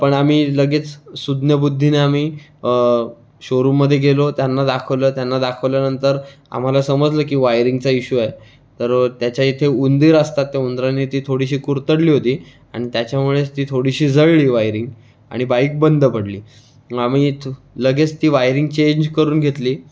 पण आम्ही लगेच सुज्ञबुद्धीने आम्ही शोरूममध्ये गेलो त्यांना दाखवलं त्यांना दाखवल्यानंतर आम्हाला समजलं की वायरिंगचा इशू आहे तर त्याच्या इथे उंदीर असतात त्या उंदरानी ती थोडीशी कुरतडली होती आणि त्याच्यामुळे ती थोडीशी जळली वायरिंग आणि बाईक बंद पडली मग आम्ही लगेच ती वायरिंग चेंज करून घेतली